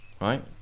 right